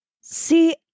see